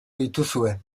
dituzue